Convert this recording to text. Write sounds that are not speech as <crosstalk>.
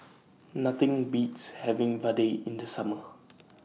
<noise> Nothing Beats having Vadai in The Summer